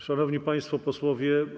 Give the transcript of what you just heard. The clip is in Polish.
Szanowni Państwo Posłowie!